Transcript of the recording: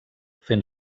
fent